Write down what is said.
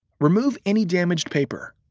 remove any damaged paper.